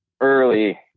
early